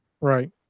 right